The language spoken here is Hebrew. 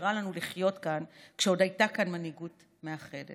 שאפשרה לנו לחיות כאן כשעוד הייתה כאן מנהיגות מאחדת.